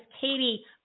Katie